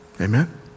Amen